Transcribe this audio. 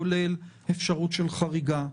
כוללות אפשרות של חריגה?